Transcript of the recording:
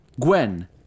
Gwen